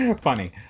Funny